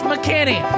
McKinney